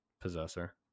possessor